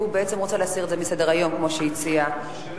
הוא רוצה להסיר את זה מסדר-היום כמו שהציע השר.